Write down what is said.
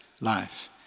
life